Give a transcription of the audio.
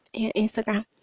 Instagram